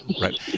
right